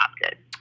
adopted